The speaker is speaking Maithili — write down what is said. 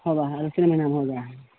हो गया है एक ही महिनामे हो गया है